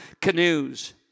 canoes